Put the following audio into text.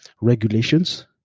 regulations